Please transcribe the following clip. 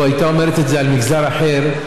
לו הייתה אומרת את זה על מגזר אחר,